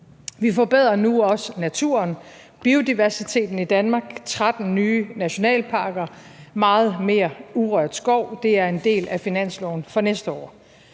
Vi forbedrer nu også naturen og biodiversiteten i Danmark, 13 nye nationalparker og meget mere urørt skov. Det er en del af finansloven for næste år,